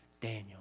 Daniel